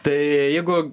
tai jeigu